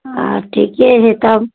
हँ ठिके छै तब